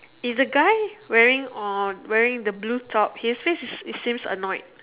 is the guy wearing or wearing the blue top he says he seems annoyed